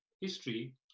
history